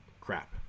crap